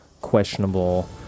questionable